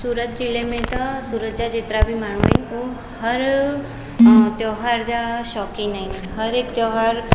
सूरत जिले में त सूरत जा जेतिरा बि माण्हू आहिनि उहो हर त्योहार जा शौक़ीनु आहिनि हरेक त्योहार